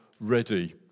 ready